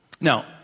Now